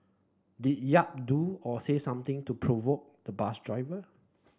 did Yap do or say something to provoke the bus driver